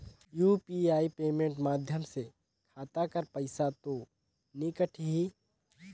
UPI payment माध्यम से खाता कर पइसा तो नी कटही?